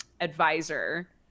advisor